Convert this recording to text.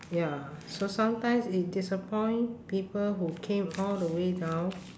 ya so sometimes it disappoint people who came all the way down